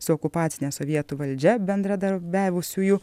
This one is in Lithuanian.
su okupacine sovietų valdžia bendradarbiavusiųjų